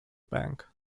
bank